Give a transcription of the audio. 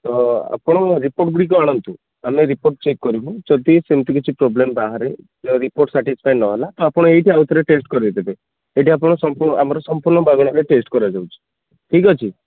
ତ ଆପଣ ରିପୋର୍ଟଗୁଡ଼ିକ ଆଣନ୍ତୁ ଆମ ରିପୋର୍ଟ ଚେକ କରିବୁ ଯଦି ସେମିତି କିଛି ପ୍ରୋବ୍ଲେମ ବାହାରେ ରିପୋର୍ଟ ସାଟିସଫାଏ ନହେଲା ତ ଆପଣ ଏଇଠି ଆଉ ଥରେ ଟେଷ୍ଟ କରାଇଦେବେ ଏଇଠି ଆପଣ ସମ୍ପୂର୍ଣ୍ଣ ଆମର ସମ୍ପୂର୍ଣ୍ଣ ମାଗଣାରେ ଟେଷ୍ଟ କରାଯାଉଛି ଠିକ ଅଛି